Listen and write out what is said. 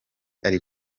ari